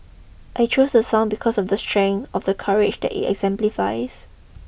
I chose the song because of the strength of the courage that it exemplifies